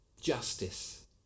justice